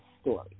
story